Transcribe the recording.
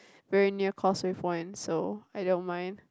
very near Causeway Point so I don't mind